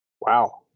Wow